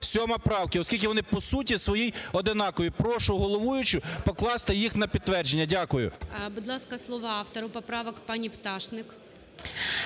457-а правки, - оскільки вони по суті своїй однакові. Прошу головуючу покласти їх на підтвердження. Дякую. ГОЛОВУЮЧИЙ. Будь ласка, слово автору поправок пані Пташник.